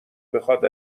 بخواد